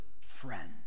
friend